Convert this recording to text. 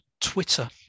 Twitter